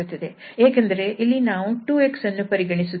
ಏಕೆಂದರೆ ಇಲ್ಲಿ ನಾವು 2𝑥 ಅನ್ನು ಪರಿಗಣಿಸುತ್ತಿದ್ದೇವೆ